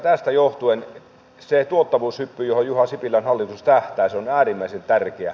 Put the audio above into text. tästä johtuen se tuottavuushyppy johon juha sipilän hallitus tähtää on äärimmäisen tärkeä